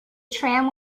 tram